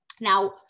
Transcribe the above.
Now